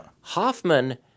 Hoffman